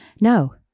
No